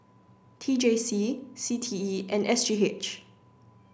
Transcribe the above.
T J C C T E and S G H